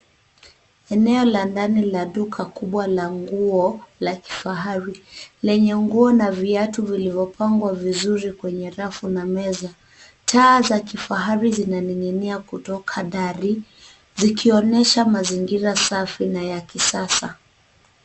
Eneo la ndani la duka kubwa la nguo la kifahari, lenye nguo na viatu vilivyipangwa vizuri kwenye rafu na meza. Taa za kifahari zinaning'inia kutoka dari zikionyesha mazingira safi na ya kisasa.